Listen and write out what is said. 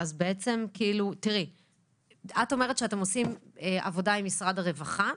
את אומרת שאתם עושים עבודה עם משרד הרווחה,